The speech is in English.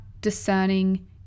discerning